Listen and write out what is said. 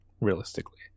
realistically